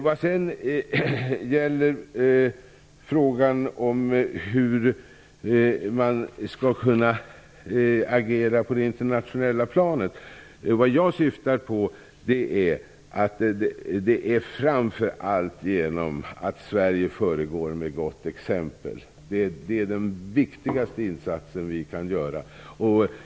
Vad sedan gäller hur man skall kunna agera på det internationella planet, syftar jag på att Sverige framför allt skall föregå med gott exempel. Det är den viktigaste insatsen vi kan göra.